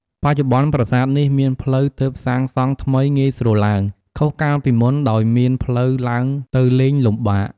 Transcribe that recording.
បច្ចុប្បន្នប្រាសាទនេះមានផ្លូវទើបសាងសង់ថ្មីងាយស្រួលឡើង ខុសកាលពីមុនដោយមានផ្លូវឡើងទៅលេងលំបាក។